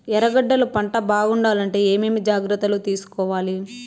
ఎర్రగడ్డలు పంట బాగుండాలంటే ఏమేమి జాగ్రత్తలు తీసుకొవాలి?